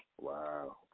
Wow